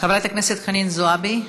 חברת הכנסת חנין זועבי,